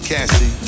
Cassie